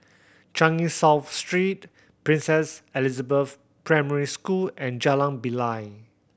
Changi South Street Princess Elizabeth Primary School and Jalan Bilal